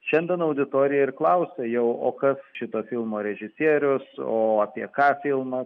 šiandien auditorija ir klausia jau o kas šito filmo režisierius o apie ką filmas